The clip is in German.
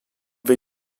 wir